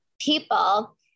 people